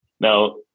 now